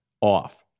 off